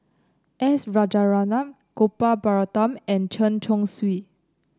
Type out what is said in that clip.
S Rajaratnam Gopal Baratham and Chen Chong Swee